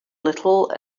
little